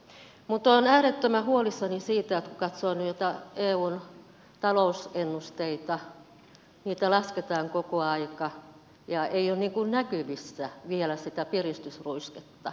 mutta olen äärettömän huolissani siitä että kun katsoo noita eun talousennusteita niitä lasketaan koko aika ja ei ole näkyvissä vielä sitä piristysruisketta